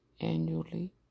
annually